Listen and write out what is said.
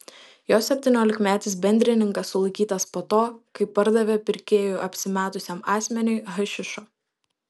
jo septyniolikmetis bendrininkas sulaikytas po to kai pardavė pirkėju apsimetusiam asmeniui hašišo